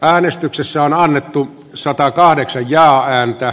äänestyksessä on alettu satakahdeksan ja ääntä